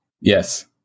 Yes